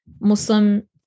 muslim